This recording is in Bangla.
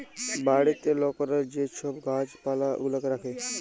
বাড়িতে লকরা যে ছব গাহাচ পালা গুলাকে রাখ্যে